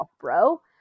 bro